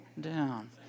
down